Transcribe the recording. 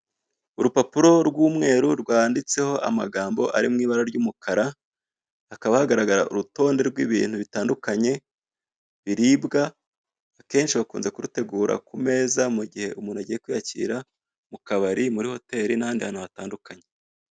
Urupapuro rw'umweru, rwanditseho amagambo ari mu ibara ry'umukara, hakaba hagaragara urutonde rw'ibintu bitandukanye, biribwa, akenshi bakunze kurutegura ku meza, mu gihe umuntu agiye kwiyakirira, mu kabari, muri hoteli, n'ahandi hantu hatandukanye.